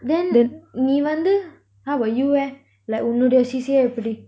then நீ வந்து:nee vanthu how about you eh like உன்னோடைய:unnodaya C_C_A எப்பிடி:epidi